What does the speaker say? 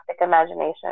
imagination